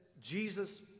Jesus